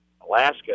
Alaska